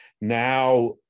now